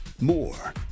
More